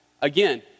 Again